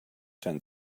tend